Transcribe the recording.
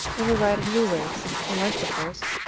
and provide a new race, unlike the first,